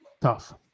tough